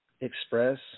express